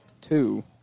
two